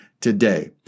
today